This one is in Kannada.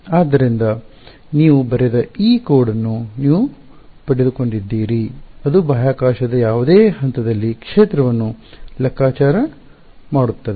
ಆದ್ದರಿಂದ ನೀವು ಬರೆದ ಈ ಕೋಡ್ ಅನ್ನು ನೀವು ಪಡೆದುಕೊಂಡಿದ್ದೀರಿ ಅದು ಬಾಹ್ಯಾಕಾಶದ ಯಾವುದೇ ಹಂತದಲ್ಲಿ ಕ್ಷೇತ್ರವನ್ನು ಲೆಕ್ಕಾಚಾರ ಮಾಡುತ್ತದೆ